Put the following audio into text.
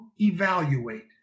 evaluate